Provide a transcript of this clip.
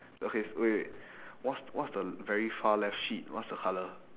okay wait wait what's what's the very far left sheet what's the colour